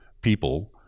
people